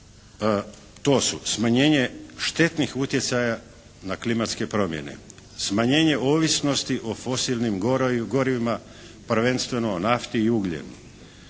to su smanjenje štetnih utjecaja na klimatske promjene, smanjenje ovisnosti o fosilnim gorivima, prvenstveno nafti i ugljenu,